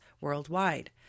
worldwide